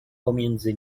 pomiędzy